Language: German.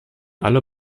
alle